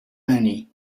annie